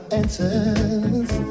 answers